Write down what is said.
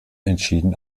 entschieden